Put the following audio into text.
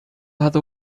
heather